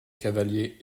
cavaliers